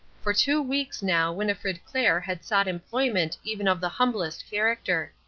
for two weeks now winnifred clair had sought employment even of the humblest character.